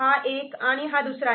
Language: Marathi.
हा एक आणि हा दुसरा एक